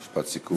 משפט סיכום.